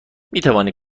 میتوانی